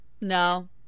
No